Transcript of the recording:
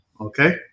Okay